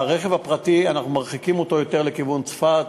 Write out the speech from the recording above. את הרכבים הפרטיים אנחנו מרחיקים לכיוון צפת,